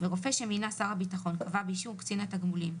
ורופא שמינה שר הביטחון קבע באישור קצין תגמולים,